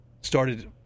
started